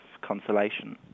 consolation